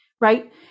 Right